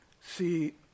see